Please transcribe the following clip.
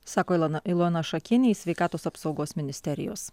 sako ilona ilona šakienė iš sveikatos apsaugos ministerijos